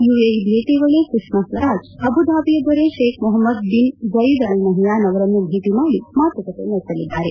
UAE ಭೇಟಿಯ ವೇಳೆ ಸುಷ್ಪಾಸ್ತರಾಜ್ ಅಬುದಾಬಿ ದೊರೆ Sheikh Mohammed bin Zayed Al Nahyan ಅವರನ್ನು ಭೇಟ ಮಾಡಿ ಮಾತುಕತೆ ನಡೆಸಲಿದ್ದಾರೆ